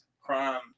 crime